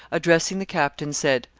addressing the captain, said,